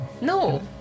No